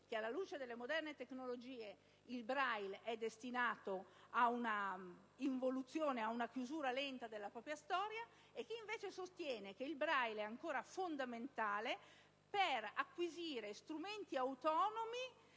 che, alla luce delle moderne tecnologie, il Braille è destinato ad una involuzione e ad una chiusura lenta della propria storia, e chi invece sostiene che il Braille è ancora fondamentale per acquisire strumenti autonomi